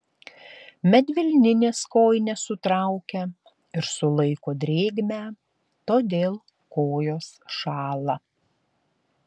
medvilninės kojinės sutraukia ir sulaiko drėgmę todėl kojos šąla